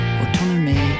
Autonomy